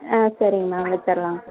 ஆ சரிங்க மேம் வித்துற்லாம்